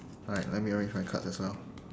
alright let me arrange my cards as well